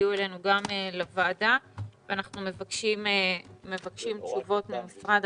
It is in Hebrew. שהגיעו אלינו לוועדה ועליהן אנחנו מבקשים תשובות ממשרד